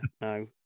No